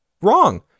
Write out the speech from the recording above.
wrong